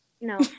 no